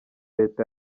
leta